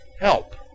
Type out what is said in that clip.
Help